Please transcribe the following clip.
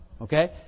Okay